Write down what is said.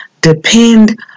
Depend